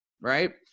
right